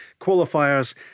qualifiers